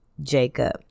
Jacob